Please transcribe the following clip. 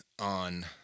on